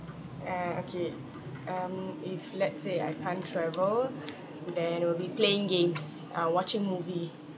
uh okay um if let's say I can't travel then will be playing games uh watching movie